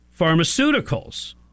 pharmaceuticals